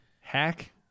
Hack